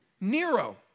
Nero